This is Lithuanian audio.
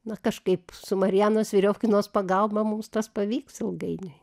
na kažkaip su marianos viriofkinos pagalba mums tas pavyks ilgainiui